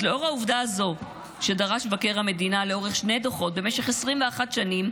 אז לאור העובדה הזו שדרש מבקר המדינה לאורך שני דוחות במשך 21 שנים,